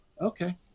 okay